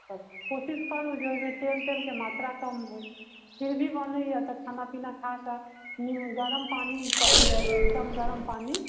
तऽ कोशिश करू जे ओहिमे तेल तेल के मात्रा कम होइ फिर भी बनैए तऽ खाना पीना खा कऽ निम्बू गरम पानी कऽ लियऽ एकदम गरम पानी